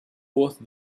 worth